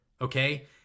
okay